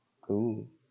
cool